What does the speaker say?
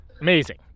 amazing